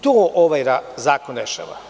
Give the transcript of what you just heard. To ovaj zakon rešava.